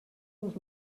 los